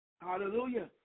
Hallelujah